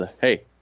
hey